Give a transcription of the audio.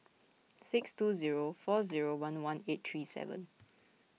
six two zero four zero one one eight three seven